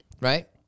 Right